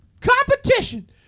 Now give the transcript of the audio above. Competition